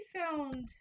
found